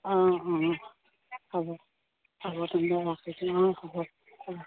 অঁ অঁ হ'ব হ'ব তেন্তে অঁ হ'ব অঁ